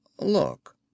Look